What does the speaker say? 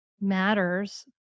matters